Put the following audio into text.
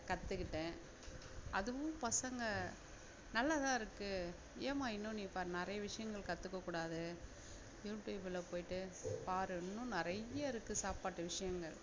கற்றுக்கிட்டேன் அதுவும் பசங்கள் நல்லாதான் இருக்கு ஏம்மா இன்னும் நீ இப்போ நிறைய விஷயங்கள் கற்றுக்கக்கூடாது யூடியூபில் போய்ட்டு பார் இன்னும் நிறைய இருக்கு சாப்பாட்டு விஷயங்கள்